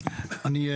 אני,